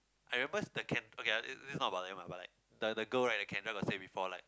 I remember is the Ken~ okay ah this is not about them ah but like the the girl right the Kendra got say before like